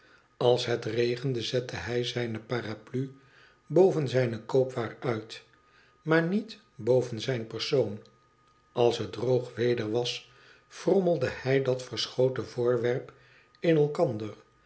als het regende zette hij zijne paraplu boven zijne koopwaar uit maar niet boven zijn persoon als het droog weder was frommelde hij dat verschoten voorwerp in elkander